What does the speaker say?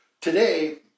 Today